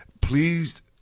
Please